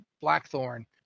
Blackthorn